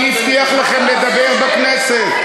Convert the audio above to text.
מי הבטיח לכם לדבר בכנסת?